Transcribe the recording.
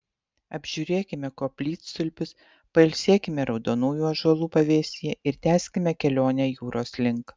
apžiūrėkime koplytstulpius pailsėkime raudonųjų ąžuolų pavėsyje ir tęskime kelionę jūros link